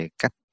cách